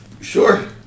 Sure